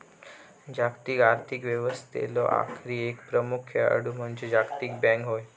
जागतिक आर्थिक व्यवस्थेतलो आणखी एक प्रमुख खेळाडू म्हणजे जागतिक बँक होय